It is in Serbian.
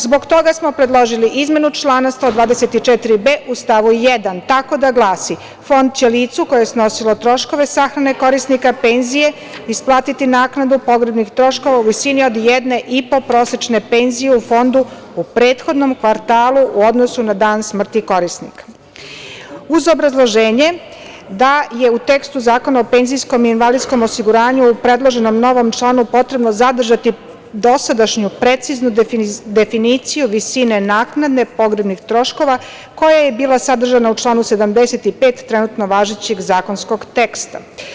Zbog toga smo predložili izmenu člana 124b u stavu 1. tako da glasi – Fond će licu koje je snosilo troškove sahrane korisnika penzije, isplatiti naknadu pogrebnih troškova u visini od jedne i po prosečne penzije u Fondu u prethodnom kvartalu, u odnosu na dan smrti korisnika, uz obrazloženje da je u tekstu Zakona o penzijskom i invalidskom osiguranju u predloženom novom članu potrebno zadržati dosadašnju preciznu definiciju visine naknade pogrebnih troškova koja je bila sadržana u članu 75. trenutno važećeg zakonskog teksta.